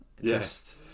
Yes